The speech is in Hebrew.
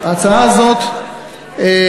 ההצעה הזאת מאוזנת,